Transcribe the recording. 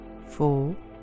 four